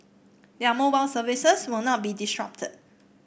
their mobile services will not be disrupted